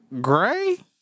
gray